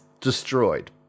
destroyed